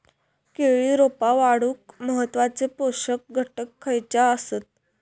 केळी रोपा वाढूक महत्वाचे पोषक घटक खयचे आसत?